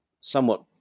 somewhat